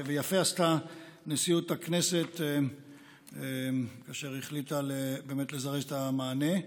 ויפה עשתה נשיאות הכנסת כאשר היא החליטה לזרז את המענה.